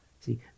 See